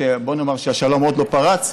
בוא נאמר שהשלום עוד לא פרץ,